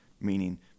meaning